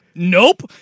nope